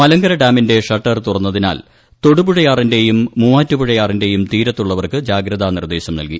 മലങ്കര ഡാമിന്റെ ഷട്ടർ തു റന്നതിനാൽ തൊടുപുഴയാറിന്റെയും മൂവാറ്റുപുഴയാറിന്റെയും തീരത്തുള്ളവർക്ക് ജാഗ്രതാ നിർദേശം നൽകി